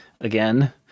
again